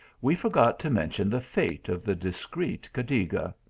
we forgot to mention the fate of the discreet cadiga.